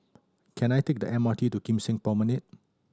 can I take the M R T to Kim Seng Promenade